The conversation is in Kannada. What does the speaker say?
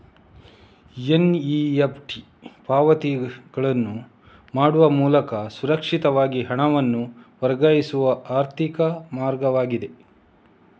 ಎನ್.ಇ.ಎಫ್.ಟಿ ಪಾವತಿಗಳನ್ನು ಮಾಡುವ ಮೂಲಕ ಸುರಕ್ಷಿತವಾಗಿ ಹಣವನ್ನು ವರ್ಗಾಯಿಸುವ ಆರ್ಥಿಕ ಮಾರ್ಗವಾಗಿದೆ